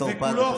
בתור פג?